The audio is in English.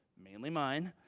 mainly mine,